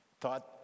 thought